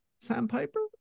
Sandpiper